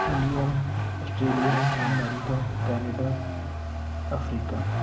India Australia America Canada Africa